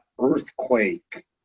Earthquake